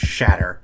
Shatter